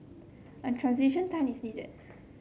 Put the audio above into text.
a transition time is needed